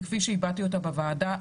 וכפי שהבעתי אותה בוועדה,